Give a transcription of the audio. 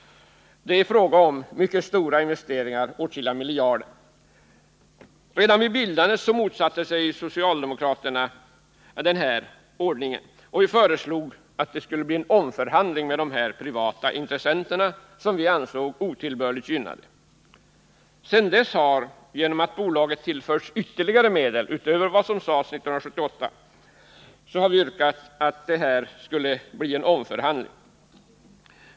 Det är fråga om mycket stora investeringar på åtskilliga miljarder. Redan vid bildandet motsatte sig socialdemokraterna den här ordningen och föreslog att det skulle bli en omförhandling med de privata intressenterna, som vi ansåg otillbörligt gynnade. Sedan dess har vi — genom att bolaget tillförts ytterligare medel utöver vad som sades 1978 — yrkat på en omförhandling.